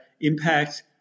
impact